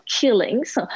killings